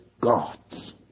God's